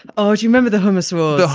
oh, do you remember the hummus world?